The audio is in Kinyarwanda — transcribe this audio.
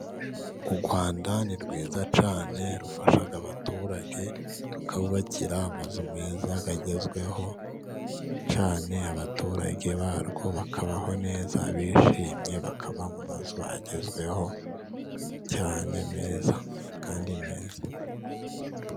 U Rwanda ni rwiza cyane, rufasha abaturage, rukabubakira amazu meza agezweho cyane, abaturage barwo bakabaho neza bishimye, bakaba mu mazu agezweho cyane, meza kandi meza.